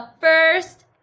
first